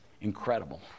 Incredible